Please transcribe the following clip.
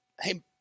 hey